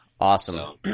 Awesome